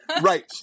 Right